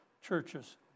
churches